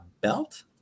belt